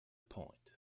point